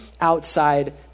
outside